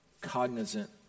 cognizant